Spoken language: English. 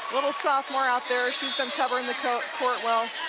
little sophomore out there she's been covering the court court well